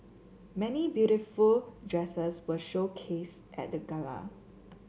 many beautiful dresses were showcased at the gala